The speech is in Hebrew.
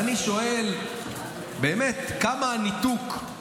ואני שואל, באמת, כמה ניתוק?